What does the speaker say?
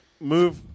move